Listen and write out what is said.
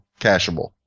cacheable